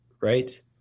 right